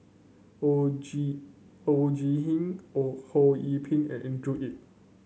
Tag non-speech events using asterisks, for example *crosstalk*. Oon Jin Oon Jin *unintelligible* Oon Ho Yee Ping and Andrew Yip